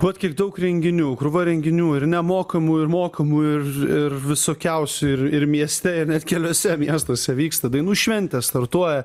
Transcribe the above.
vat kiek daug renginių krūva renginių ir nemokamų ir mokamų ir ir visokiausių ir ir mieste ir net keliuose miestuose vyksta dainų šventė startuoja